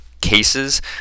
cases